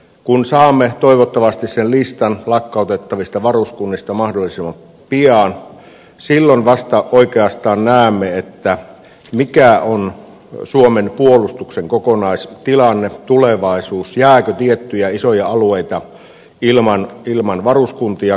kun saamme toivottavasti sen listan lakkautettavista varuskunnista mahdollisimman pian silloin vasta oikeastaan näemme mikä on suomen puolustuksen kokonaistilanne tulevaisuus jääkö tiettyjä isoja alueita ilman varuskuntia koulutuskeskuksia